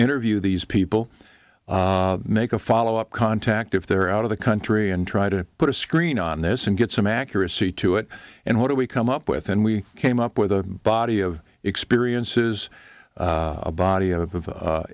interview these people make a follow up contact if they're out of the country and try to put a screen on this and get some accuracy to it and what do we come up with and we came up with a body of experiences a body of